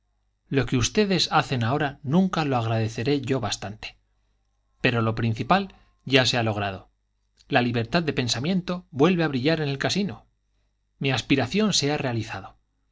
lo que ustedes hacen ahora nunca lo agradeceré yo bastante pero lo principal ya se ha logrado la libertad del pensamiento vuelve a brillar en el casino mi aspiración se ha realizado